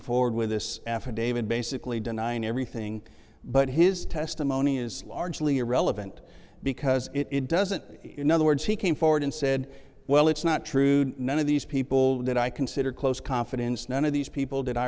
forward with this affidavit basically denying everything but his testimony is largely irrelevant because it doesn't in other words he came forward and said well it's not true none of these people that i consider close confidence none of these people